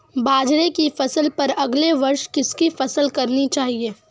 बाजरे की फसल पर अगले वर्ष किसकी फसल करनी चाहिए?